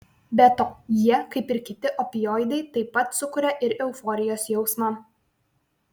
be to jie kaip ir kiti opioidai taip pat sukuria ir euforijos jausmą